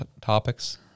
topics